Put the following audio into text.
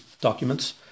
documents